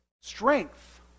strength